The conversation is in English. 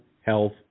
health